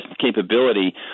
capability